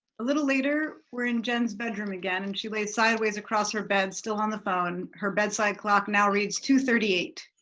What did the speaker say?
a little later we're in jen's bedroom again and she lays sideways across her bed still on the phone. her bedside clock now reads two thirty eight.